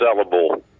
sellable